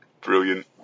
Brilliant